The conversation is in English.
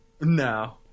No